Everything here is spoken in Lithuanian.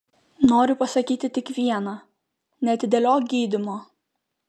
noriu pasakyti tik viena neatidėliok gydymo